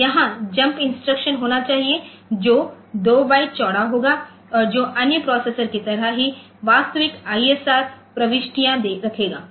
तोयहां jump instruction होना चाहिए जो 2 बाइट चौड़ा होगा और जो अन्य प्रोसेसर की तरह ही वास्तविक ISR प्रविष्टियाँ रखेगा